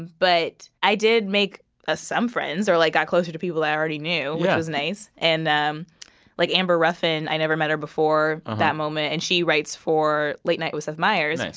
but i did make ah some friends or, like, got closer to people i already knew which was nice. and like amber ruffin, i never met her before that moment. and she writes for late night with seth meyers.